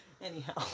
Anyhow